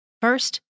First